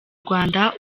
rwanda